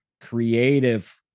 creative